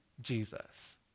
Jesus